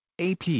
AP